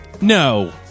no